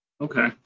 Okay